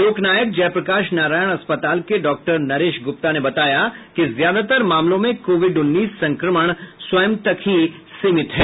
लोकनायक जयप्रकाश नारायण अस्पताल के डॉ नरेश गुप्ता ने बताया कि ज्यादातर मामलों में कोविड उन्नीस संक्रमण स्वयं तक ही सीमित है